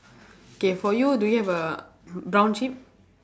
K for you do you have a brown sheep